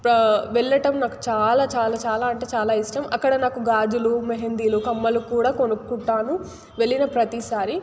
వెళ్ళటం నాకు చాలా చాలా చాలా అంటే చాలా ఇష్టం అక్కడ నాకు గాజులు మెహందీలు కమ్మలు కూడా కొనుక్కుంటాను వెళ్లిన ప్రతిసారి